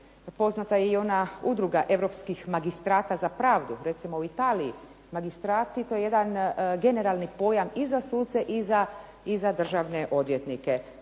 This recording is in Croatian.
poznata je i ona udruga Europskih magistrata za pravdu, recimo u Italiji magistrati, to je jedan generalni pojam i za suce i za državne odvjetnike.